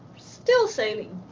still sailing,